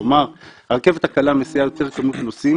כלומר הרכבת הקלה מסיעה יותר כמות נוסעים